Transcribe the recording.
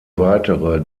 weitere